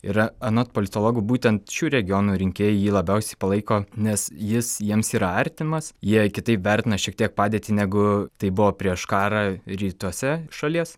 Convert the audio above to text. yra anot politologo būtent šių regionų rinkėjai jį labiausiai palaiko nes jis jiems yra artimas jie kitaip vertina šiek tiek padėtį negu tai buvo prieš karą rytuose šalies